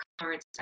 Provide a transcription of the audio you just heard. current